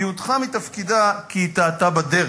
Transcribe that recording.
היא הודחה מתפקידה כי היא טעתה בדרך,